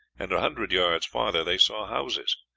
and a hundred yards farther they saw houses.